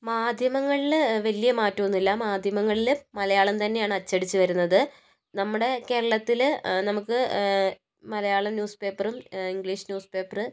മാധ്യമങ്ങളിൽ വലിയ മാറ്റം ഒന്നുമില്ല മാധ്യമങ്ങളിൽ മലയാളം തന്നെയാണ് അച്ചടിച്ച് വരുന്നത് നമ്മുടെ കേരളത്തിൽ നമുക്ക് മലയാളം ന്യൂസ്പേപ്പറും ഇംഗ്ലീഷ് ന്യൂസ്പേപ്പർ